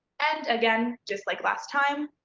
and again, just like last time,